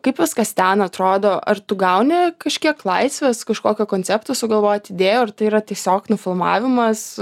kaip viskas ten atrodo ar tu gauni kažkiek laisvės kažkokio koncepto sugalvot idėjų ar tai yra tiesiog nufilmavimas